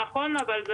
נכון, אבל זה